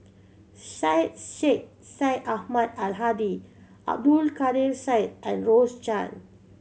Syed Sheikh Syed Ahmad Al Hadi Abdul Kadir Syed and Rose Chan